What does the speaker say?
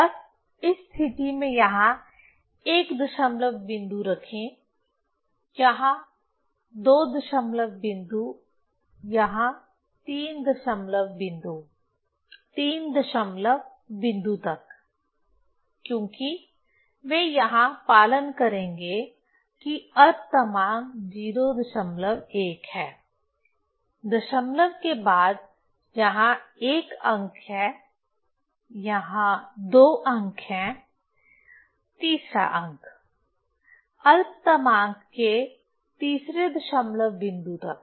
बस इस स्थिति में यहाँ 1 दशमलव बिंदु रखें यहाँ 2 दशमलव बिंदु यहाँ 3 दशमलव बिंदु 3 दशमलव बिंदु तक क्योंकि वे यहाँ पालन करेंगे कि अल्पतमांक 01 है दशमलव के बाद यहां एक अंक है यहाँ दो अंक हैं तीसरा अंक अल्पतमांक के तीसरे दशमलव बिंदु तक